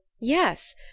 Yes